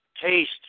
taste